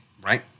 right